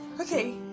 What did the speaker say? Okay